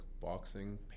boxing